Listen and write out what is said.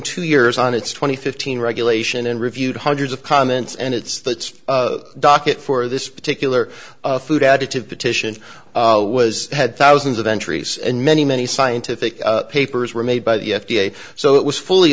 two years on its twenty fifteen regulation and reviewed hundreds of comments and it's that docket for this particular food additive petition was had thousands of entries and many many scientific papers were made by the f d a so it was fully